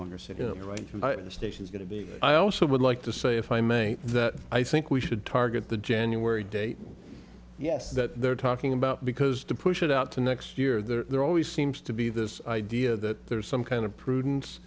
longer sit right at the station is going to be i also would like to say if i may that i think we should target the january date yes that they're talking about because to push it out to next year there always seems to be this idea that there's some kind of prudence